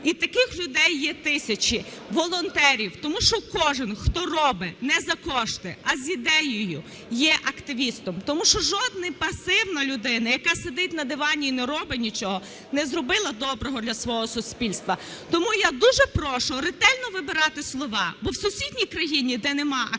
І таких людей є тисячі, волонтерів, тому що кожен, хто робить не за кошти, а з ідеєю, є активістом. Тому що жодна пасивна людина, яка сидить на дивані і не робить нічого, не зробила доброго для свого суспільства. Тому я дуже прошу ретельно вибирати слова, бо в сусідній країні, де нема активістів,